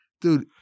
Dude